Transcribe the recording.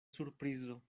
surprizo